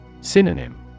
Synonym